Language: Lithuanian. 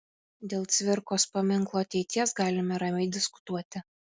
dėl cvirkos paminklo ateities galime ramiai diskutuoti